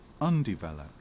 undeveloped